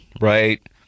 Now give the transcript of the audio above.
right